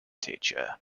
teacher